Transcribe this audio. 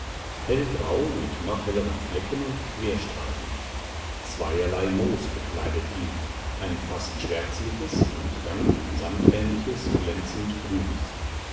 hellgrau mit noch helleren flecken und querstreifen zweierlei moos bekleidet ihn ein fast schwärzliches und dann ein samtähnliches glänzend grünes